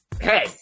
hey